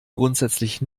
grundsätzlich